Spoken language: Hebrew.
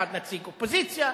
אחד נציג אופוזיציה.